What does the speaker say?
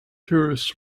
tourists